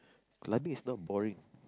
library is not boring